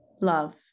love